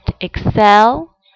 Excel